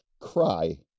cry